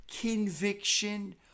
conviction